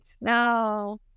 No